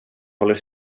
håller